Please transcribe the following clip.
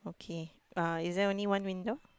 okay uh is there only one window